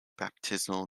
baptismal